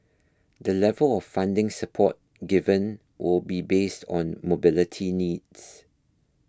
the level of funding support given will be based on mobility needs